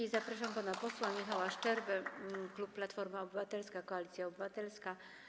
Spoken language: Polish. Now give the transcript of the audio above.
I zapraszam pana posła Michała Szczerbę, klub Platforma Obywatelska - Koalicja Obywatelska.